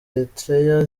eritrea